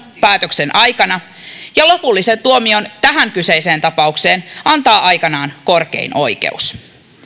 päätöksen aikaan ja lopullisen tuomion tähän kyseiseen tapaukseen antaa aikanaan korkein oikeus